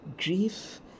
Grief